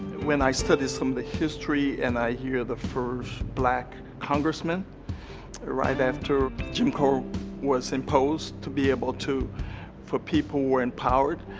when i studied some of the history, and i hear the first black congressmen arrive after jim crow was imposed, to be able to for people who were empowered.